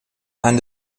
and